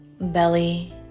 belly